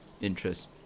interest